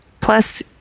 Plus